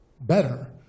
better